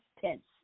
tense